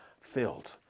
filled